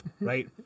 right